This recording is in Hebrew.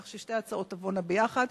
כך ששתי ההצעות תבואנה ביחד.